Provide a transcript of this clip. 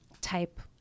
type